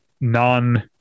non